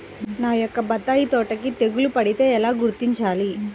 నా యొక్క బత్తాయి తోటకి తెగులు పడితే ఎలా గుర్తించాలి?